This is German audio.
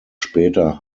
später